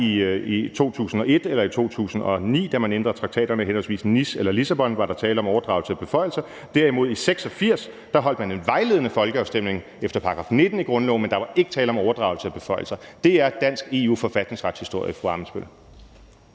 i 2001 eller i 2009, da man ændrede traktater med henholdsvis Nice- og Lissabontraktaten, var der tale om overdragelse af beføjelser. Derimod holdt man i 1986 en vejledende folkeafstemning efter § 19 i grundloven, men der var ikke tale om overdragelse af beføjelser. Det er dansk EU-forfatningsretshistorie, fru Katarina